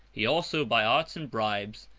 he also, by arts and bribes,